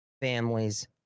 families